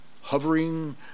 hovering